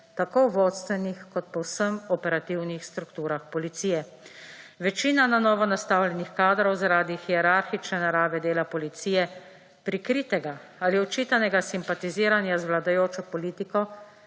tako v vodstvenih kot povsem operativnih strukturah policije. Večina na novo nastavljenih kadrov zaradi hierarhične narave dela policije, prikritega ali očitanega simpatiziranja z vladajočo politiko,